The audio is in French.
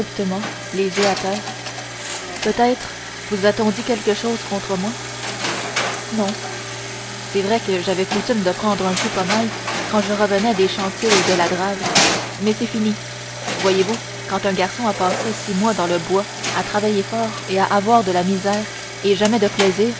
les yeux à terre peut-être vous a-t-on dit quelque chose contre moi non c'est vrai que j'avais coutume de prendre un coup pas mal quand je revenais des chantiers et de la drave mais c'est fini voyez-vous quand un garçon a passé six mois dans le bois à travailler fort et à avoir de la misère et jamais de plaisir